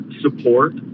support